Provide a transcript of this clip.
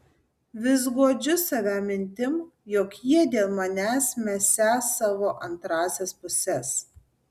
vis guodžiu save mintim jog jie dėl manęs mesią savo antrąsias puses